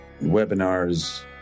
Webinars